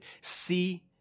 see